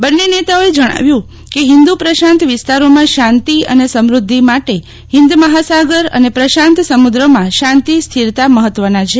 બંને નેતાઓએ જજ્ઞાવ્યું કે હિન્દુ પ્રશાંત વિસ્તારોમાં શાંતિ અને સમૃષ્પિ માટે હિન્દ મહાસાગર અને પ્રશાંત સમુદ્રમાં શાંતિ સ્થિરતા મહત્વના છે